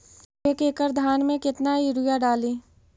एक एकड़ धान मे कतना यूरिया डाली?